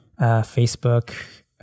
Facebook